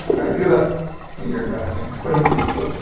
right? we do about a year in revenue. that's great. so,